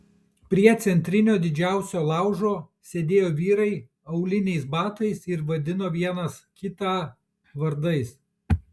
prie centrinio didžiausio laužo sėdėjo vyrai auliniais batais ir vadino vienas kitą vardais